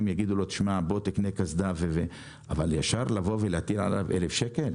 יאמרו לו שיקנה קסדה אבל ישר לבוא ולקנוס אותו ב-1,000 שקלים?